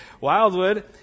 Wildwood